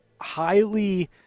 highly